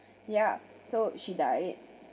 ya so she died